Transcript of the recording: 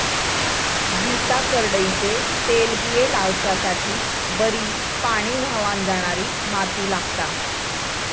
गीता करडईचे तेलबिये लावच्यासाठी बरी पाणी व्हावन जाणारी माती लागता